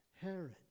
Herod